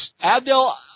Abdel